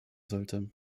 sollte